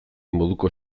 moduko